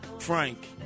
Frank